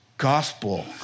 gospel